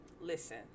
Listen